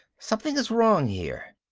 something is wrong here.